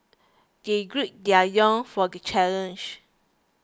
they gird their young for the challenge